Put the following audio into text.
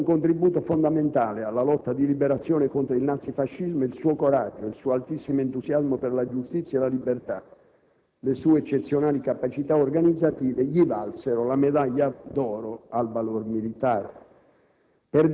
ha dato un contributo fondamentale alla lotta di liberazione contro il nazifascismo ed il suo coraggio, il suo altissimo entusiasmo per la giustizia e la libertà, le sue eccezionali capacità organizzative gli valsero la medaglia d'oro al valor militare.